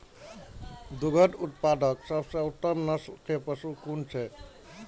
दुग्ध उत्पादक सबसे उत्तम नस्ल के पशु कुन छै?